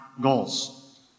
Goals